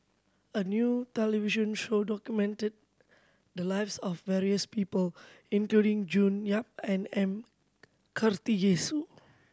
a new television show documented the lives of various people including June Yap and M Karthigesu